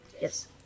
Yes